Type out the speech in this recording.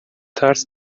ترس